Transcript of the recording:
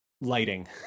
lighting